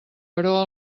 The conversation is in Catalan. però